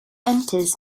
enters